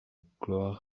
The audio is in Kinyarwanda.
gloire